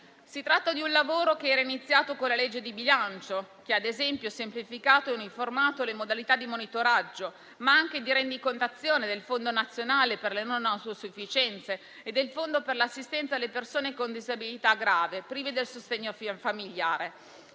Si tratta di un lavoro che era iniziato con la legge di bilancio che, ad esempio, ha semplificato e uniformato le modalità di monitoraggio, ma anche di rendicontazione, del Fondo nazionale per le non autosufficienze e del Fondo per l'assistenza alle persone con disabilità grave, prive del sostegno familiare,